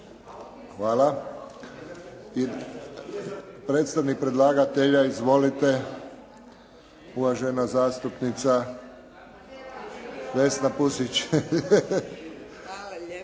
Hvala. I predstavnik predlagatelja izvolite uvažena zastupnica Vesna Pusić. **Pusić,